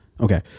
Okay